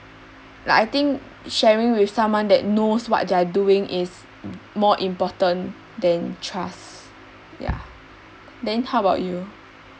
like I think sharing with someone that knows what they're doing is more important than trust ya then how about you